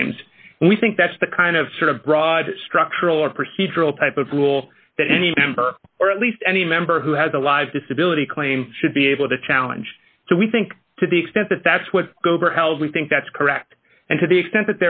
claims we think that's the kind of sort of broad structural or procedural type of rule that any member or at least any member who has a lot of disability claims should be able to challenge so we think to the extent that that's what gober how we think that's correct and to the extent